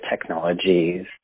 technologies